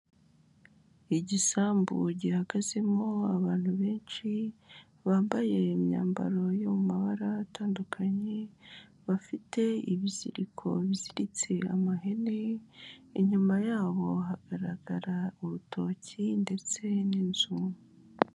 Igisambu gihagazemo abantu benshi bambaye imyambaro yo mu mabara atandukanye, bafite ibiziriko biziritse amahene, inyuma yabo hagaragara urutoki ndetse n'inzu.